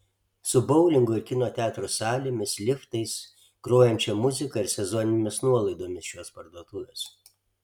su boulingo ir kino teatro salėmis liftais grojančia muzika ir sezoninėmis nuolaidomis šios parduotuvės